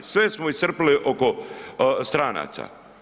Sve smo iscrpili oko stranaca.